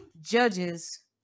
judges